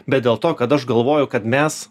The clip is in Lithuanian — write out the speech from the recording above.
bet dėl to kad aš galvoju kad mes